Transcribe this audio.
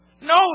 No